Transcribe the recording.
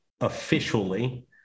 officially